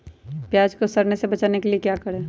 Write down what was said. प्याज को सड़ने से बचाने के लिए क्या करें?